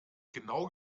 genau